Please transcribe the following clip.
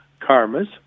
karmas